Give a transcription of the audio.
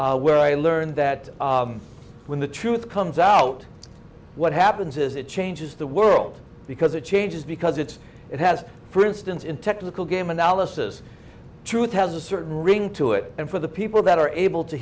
where i learned that when the truth comes out what happens is it changes the world because it changes because it's it has for instance in technical game analysis truth has a certain ring to it and for the people that are able to